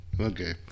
Okay